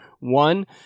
one